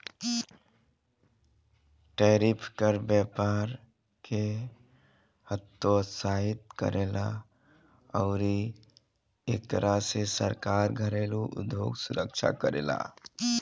tariff कर व्यपार के हतोत्साहित करेला अउरी एकरा से सरकार घरेलु उधोग सुरक्षा करेला